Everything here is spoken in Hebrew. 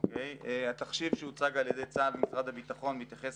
התחשיב שהוצג על ידי צה"ל ומשרד הביטחון מתייחס